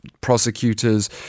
prosecutors